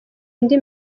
indi